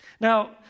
Now